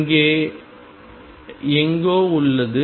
இங்கே எங்கோ உள்ளது